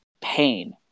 pain